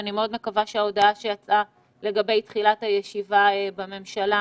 אני מאוד מקווה שההודעה שיצאה לגבי דחיית הישיבה בממשלה